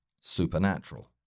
supernatural